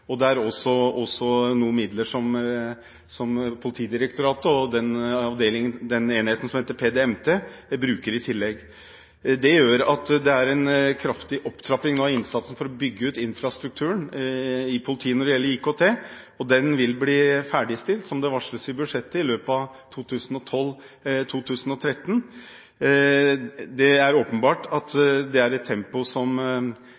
politidistriktene. Det er også noen midler som Politidirektoratet og enheten som heter PDMT, Politiets data- og materielltjeneste, bruker i tillegg. Det gjør at det er en kraftig opptrapping av innsatsen for å bygge ut infrastrukturen når det gjelder IKT i politiet, og den vil bli ferdigstilt i løpet av 2012–2013, som er varslet i budsjettet. Det er åpenbart at det er ting der som